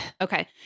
Okay